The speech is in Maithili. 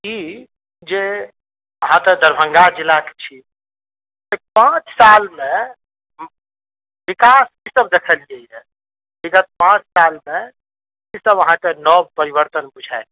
ई जे अहाँ तऽ दरभंगा जिलाके छी पाँच साल मे विकास की सब देखलियैया विगत पाँच साल मे की सब अहाँके नव परिवर्तन बुझायल